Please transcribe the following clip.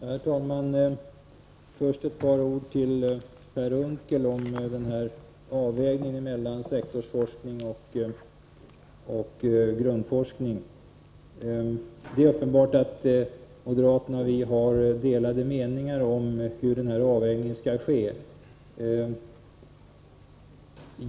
Herr talman! Först ett par ord till Per Unckel om avvägningen mellan sektorsforskning och grundforskning. Det är uppenbart att moderaterna och vi har delade meningar om hur denna avvägning skall ske.